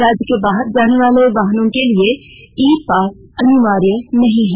राज्य के बाहर जाने वाले वाहनों के लिए ई पास अनिवार्य नहीं है